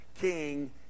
king